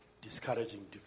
discouraging